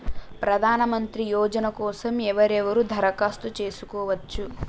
ప్రధానమంత్రి యోజన కోసం ఎవరెవరు దరఖాస్తు చేసుకోవచ్చు?